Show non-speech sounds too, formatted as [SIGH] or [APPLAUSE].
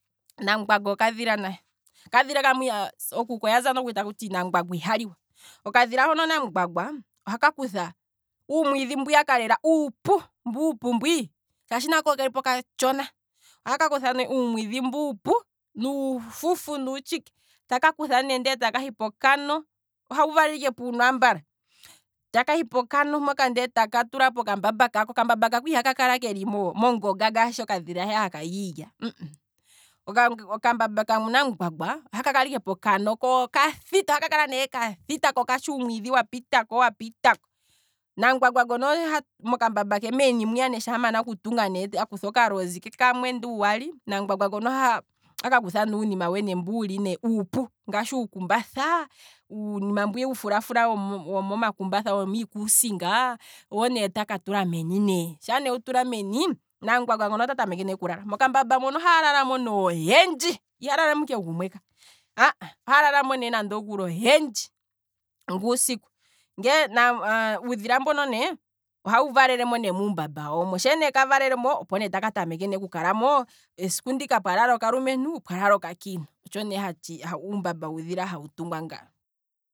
Namungwangwa okadhila kamwe, okadhila kamwe, okuku oyaza nookuli taati namungwangwa iha liwa, okadhila hono namungwangwa ohaka kutha uumwidhi mbwiyaka lela uupu, mbu uupu mbwi, shaashi nako okelipo okatshona, ohaka kutha ne uumwidhi mbu uupu, nuufufu nuutshike. taka kutha ne nde taka hi pokano, ohawu valele ike puuno ambala, taka hi pokano mpoka taka tulapo okambamba kako, oka mbamba kako ihaka kala keli mongonga ngaashi okadhila heya hakali iilya, hmmh, okambamba kanamungwangwa ohaka kala ike pokano pwathita, ohaka kala ne kathita ko okatsha uumwidhi wapitako wapitako, namungwangwa ngono oha, moka mbamba ke meni mwiya shaa mana okutunga ne akutha okalozi ke kamwe nenge uwali, namungwangwa ngono ohaka kutha ne uunima we mbu wuli uupu ngaashi uukumbatha. uunima mbwiya wuu fulafula womomakumbatha womiikusinga, owo ne taka tulameni ne, shaa ne ewu tula meni, namungwangwa ngono ota tameke ne okulala, mokambamba mono ohaya lala mo ne oyendji, iha lala moike gumwe ka, ohaala lamo ne oyendji nguu siku, [HESITATION] uudhila mbono ne ohawu valelemo ne muumbamba wawo mo, she ne kavalelemo opo ne taka tameke ne oku kalamo, esiku ndi pwa lala okakiintu pwalala okalumentu, otsho ne uumbamba wuudhila hawu tungwa nga.